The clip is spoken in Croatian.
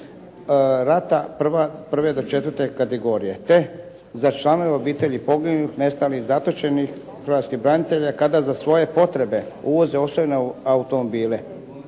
rata I do IV kategorije te za članove obitelji poginulih, nestalih, zatočenih hrvatskih branitelja kada za svoje potrebe uvoze osobne automobile.